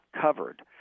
covered